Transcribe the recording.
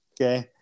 Okay